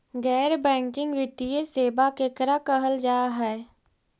गैर बैंकिंग वित्तीय सेबा केकरा कहल जा है?